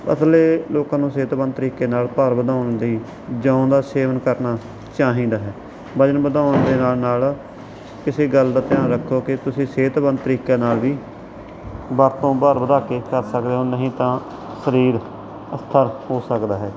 ਪਤਲੇ ਲੋਕਾਂ ਨੂੰ ਸਿਹਤਮੰਦ ਤਰੀਕੇ ਨਾਲ ਭਾਰ ਵਧਾਉਣ ਲਈ ਜੌਂਆਂ ਦਾ ਸੇਵਨ ਕਰਨਾ ਚਾਹੀਦਾ ਹੈ ਵਜਨ ਵਧਾਉਣ ਦੇ ਨਾਲ ਨਾਲ ਇਸ ਗੱਲ ਦਾ ਧਿਆਨ ਰੱਖੋ ਕਿ ਤੁਸੀਂ ਸਿਹਤਮਬੰਦ ਤਰੀਕਿਆਂ ਨਾਲ ਹੀ ਵਰਤੋਂ ਭਾਰ ਵਧਾ ਕੇ ਕਰ ਸਕਦੇ ਹੋ ਨਹੀਂ ਤਾਂ ਸਰੀਰ ਅਸਥਿਰ ਹੋ ਸਕਦਾ ਹੈ